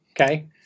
okay